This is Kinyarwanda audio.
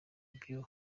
ibyo